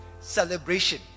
celebration